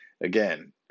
Again